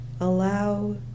Allow